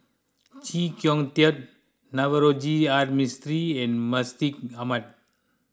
Chee Kong Tet Navroji R Mistri and Mustaq Ahmad